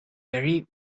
very